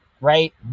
Right